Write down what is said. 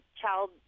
child